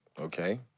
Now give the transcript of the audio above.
okay